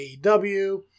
AEW